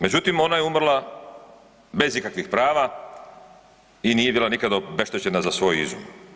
Međutim, ona je umrla bez ikakvih prava i nije bila nikada obeštećena za svoj izum.